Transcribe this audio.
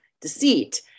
deceit